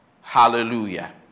Hallelujah